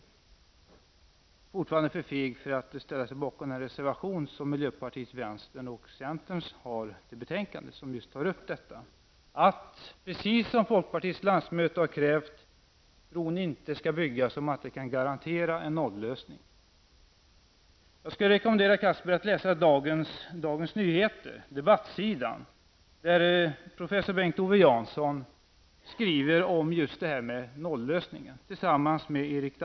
Han är fortfarande för feg för att ställa sig bakom den reservation som vi i miljöpartiet tillsammans med vänstern och centern har i detta betänkande och där just den här frågan tas upp. Precis som folkpartiets landsmöte har krävt skall bron alltså inte byggas om man inte kan garantera en nollösning. Jag skulle vilja rekommendera Anders Castberger att läsa vad som står på debattsidan i dagens DN. Professor Bengt-Owe Jansson och Erik Dahmén har där en artikel om just detta med en nollösning.